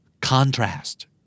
Contrast